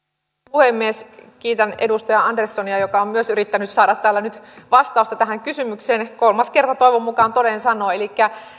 puhemies kiitän edustaja anderssonia joka on myös yrittänyt saada täällä nyt vastausta tähän kysymykseen kolmas kerta toivon mukaan toden sanoo